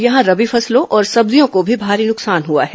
यहां रबी फसलों और सब्जियों को भी भारी नकसान है